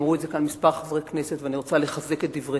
אמרו את זה כמה חברי כנסת ואני רוצה לחזק את דבריהם.